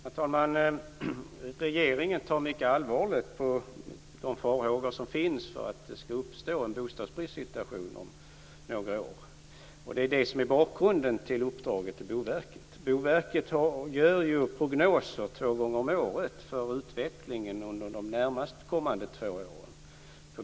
Herr talman! Regeringen tar mycket allvarligt på de farhågor som finns för att det skall uppstå en bostadsbristsituation om några år, och det är bakgrunden till uppdraget till Boverket. Boverket gör två gånger om året prognoser för bostadsproduktionens utveckling under de närmast kommande två åren.